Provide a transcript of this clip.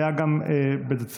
היה גם בדצמבר.